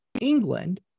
England